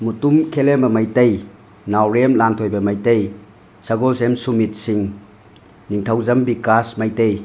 ꯃꯨꯇꯨꯝ ꯈꯦꯂꯦꯝꯕ ꯑꯩꯇꯩ ꯅꯥꯎꯔꯦꯝ ꯂꯥꯟꯊꯣꯏꯕ ꯃꯩꯇꯩ ꯁꯒꯣꯜꯁꯦꯝ ꯁꯨꯃꯤꯠ ꯁꯤꯡ ꯅꯤꯡꯊꯧꯖꯝ ꯕꯤꯀꯥꯁ ꯃꯩꯇꯩ